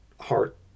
heart